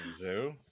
zoo